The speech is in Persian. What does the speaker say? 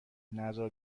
نزار